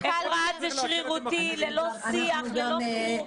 זה שרירותי ללא שיח וללא כלום.